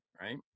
right